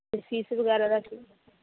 ਅਤੇ ਫੀਸ ਵਗੈਰਾ ਦਾ ਕੀ